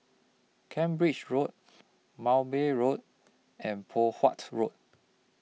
Cambridge Road Mowbray Road and Poh Huat Road